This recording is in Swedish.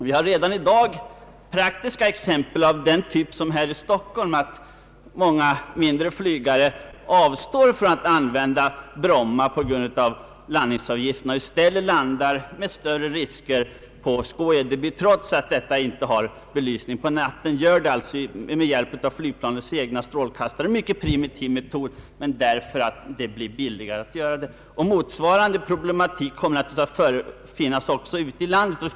Vi har redan i dag praktiska exempel, jag skall ta ett här från Stockholm, som visar att många flygare avstår från att landa på Bromma på grund av landningsavgifterna och i stället landar, med större risk, på Skå-Edeby, trots att detta flygfält inte har belysning på natten. De landar alltså med hjälp av flygplanets egna strålkastare; en primitiv metod som man föredrar därför att det blir billigare. Motsvarande problematik kommer naturligtvis att uppstå också ute i landet.